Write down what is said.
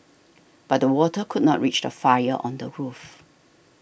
but the water could not reach the fire on the roof